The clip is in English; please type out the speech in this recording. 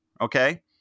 Okay